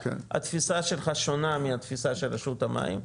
התפיסה שלך שונה מהתפיסה של רשות המים,